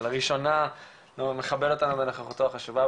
שלראשונה מכבד אותנו בנוכחותו החשובה,